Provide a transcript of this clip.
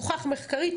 זה מוכח מחקרית.